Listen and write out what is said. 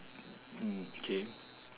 mm K